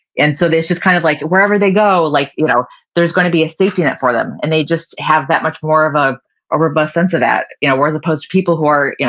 and so this is kind of like wherever they go like you know there's going to be a safety net for them and they just have that much more of of a robust sense of that yeah whereas opposed to people who are you know